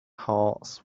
hearts